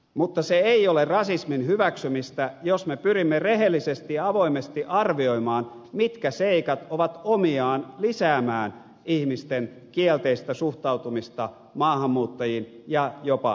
mutta se ei ole rasismin hyväksymistä jos me pyrimme rehellisesti ja avoimesti arvioimaan mitkä seikat ovat omiaan lisäämään ihmisten kielteistä suhtautumista maahanmuuttajiin ja jopa rasismia